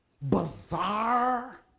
bizarre